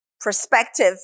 perspective